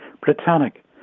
Britannic